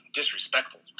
disrespectful